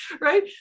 right